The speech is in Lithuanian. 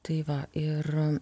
tai va ir